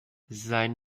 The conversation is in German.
sein